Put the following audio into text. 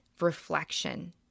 reflection